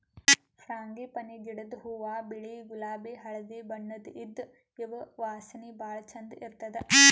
frangipani ಗಿಡದ್ ಹೂವಾ ಬಿಳಿ ಗುಲಾಬಿ ಹಳ್ದಿ ಬಣ್ಣದ್ ಇದ್ದ್ ಇವ್ ವಾಸನಿ ಭಾಳ್ ಛಂದ್ ಇರ್ತದ್